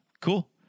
Cool